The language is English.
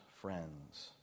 friends